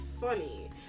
funny